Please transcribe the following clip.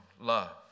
love